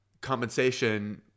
compensation